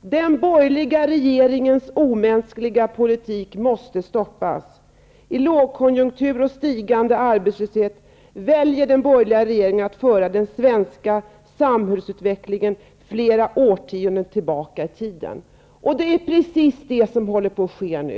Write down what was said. ''Den borgerliga regeringens omänskliga politik måste stoppas. I lågkonjunktur och stigande arbetslöshet väljer den borgerliga regeringen att föra den svenska samhällsutvecklingen flera årtionden bakåt i tiden.'' Det är precis vad som håller på att ske nu.